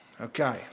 Okay